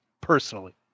personally